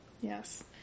Yes